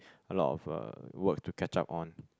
a lot of uh work to catch up on